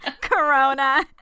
Corona